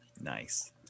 Nice